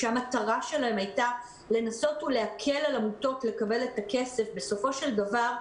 שהמטרה שלהם הייתה לנסות ולהקל על עמותות לקבל את הכסף בסופו של דבר,